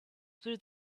through